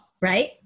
Right